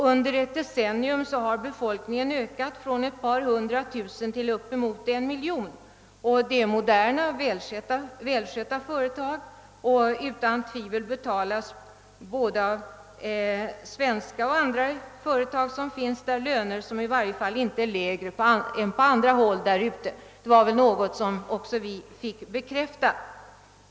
Under ett decennium har befolkningen ökat från ett par hundra tusen till inemot en miljon. Det är moderna välskötta företag och utan tvivel betalas både av svenska och andra företag som finns där löner som i varje fall inte är lägre än på andra håll i Indien. Det var väl något som också vi fick bekräftat.